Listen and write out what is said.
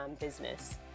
business